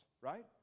right